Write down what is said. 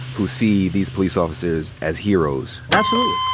who see these police officers as heroes. absolutely.